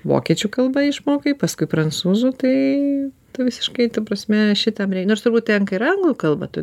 vokiečių kalbą išmokai paskui prancūzų tai tu visiškai ta prasme šitam nors turbūt tenka ir anglų kalbą tu